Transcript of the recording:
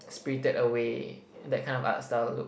spirited away that kind of art style look